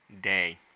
day